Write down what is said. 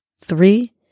three